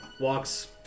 walks